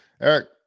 eric